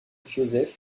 joseph